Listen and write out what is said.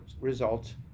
results